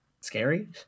Scary